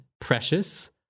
precious